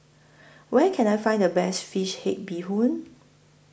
Where Can I Find The Best Fish Head Bee Hoon